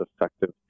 effective